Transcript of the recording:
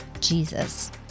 Jesus